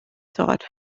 thought